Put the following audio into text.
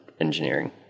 engineering